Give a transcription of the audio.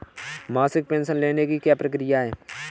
मासिक पेंशन लेने की क्या प्रक्रिया है?